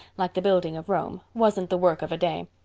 like the building of rome, wasn't the work of a day.